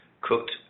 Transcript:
cooked